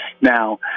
Now